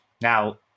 Now